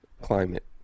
Climate